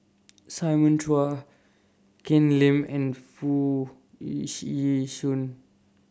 Simon Chua Ken Lim and Foo Yu Yee Shoon